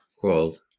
called